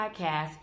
Podcast